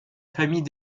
famille